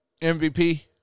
MVP